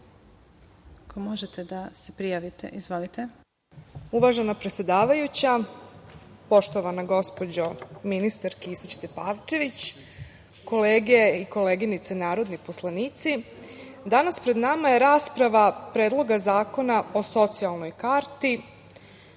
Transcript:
**Svetlana Milijić** Uvažena predsedavajuća, poštovana gospođo ministarka Kisić Tepavčević, kolege i koleginice narodni poslanici, danas pred nama je rasprava Predloga zakona o socijalnoj karti,